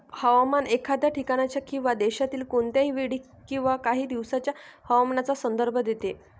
हवामान एखाद्या ठिकाणाच्या किंवा देशातील कोणत्याही वेळी किंवा काही दिवसांच्या हवामानाचा संदर्भ देते